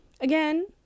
again